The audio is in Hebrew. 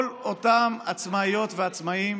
כל אותם עצמאיות ועצמאים